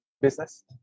business